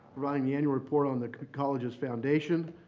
providing the annual report on the college's foundation.